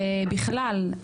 ובכלל,